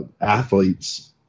athletes